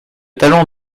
talent